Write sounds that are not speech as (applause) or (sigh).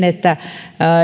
(unintelligible) että